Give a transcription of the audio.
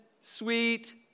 sweet